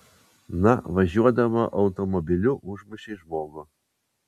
na važiuodama automobiliu užmušei žmogų